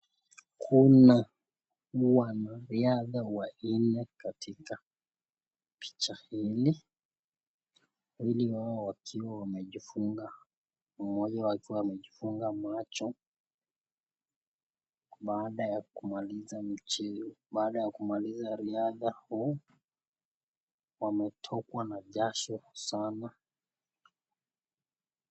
Kuna wanariadha wanne katika picha hili wawili hao wakiwa wamejifunga mmoja wao akiwa amejifunga macho baada ya kumaliza riadha huu wametokwa na jasho sana.